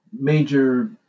major